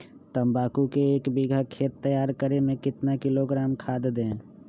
तम्बाकू के एक बीघा खेत तैयार करें मे कितना किलोग्राम खाद दे?